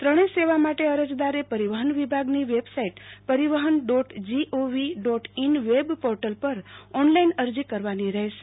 ત્રણે સેવા માટે અરજદારે પરિવહન વિભાગની website Parivahan dot gov dot in web portal પર ઓનલાઈન અરજી કરવાની રહેશે